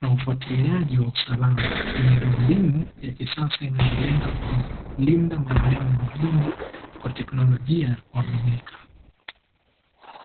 na ufuatiliaji wa usalama, miundombinu ya kisasa inayolenga kulinda maeneo ya mijini kwa teknolojia ya kuaminika.